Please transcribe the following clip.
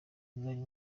muzajye